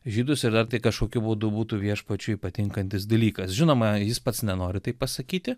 žydus ir dar kažkokiu būdu būtų viešpačiui patinkantis dalykas žinoma jis pats nenori tai pasakyti